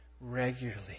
regularly